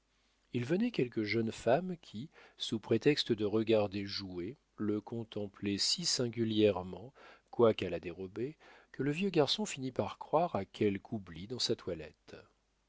il venait quelques jeunes femmes qui sous prétexte de regarder jouer le contemplaient si singulièrement quoiqu'à la dérobée que le vieux garçon finit par croire à quelque oubli dans sa toilette